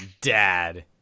dad